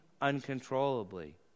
uncontrollably